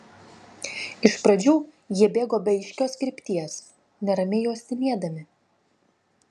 iš pradžių jie bėgo be aiškios krypties neramiai uostinėdami